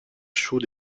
chaux